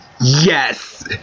yes